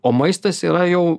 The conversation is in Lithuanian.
o maistas yra jau